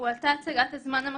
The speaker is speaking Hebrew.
הועלתה הצגת "הזמן המקביל",